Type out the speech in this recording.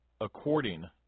according